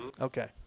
Okay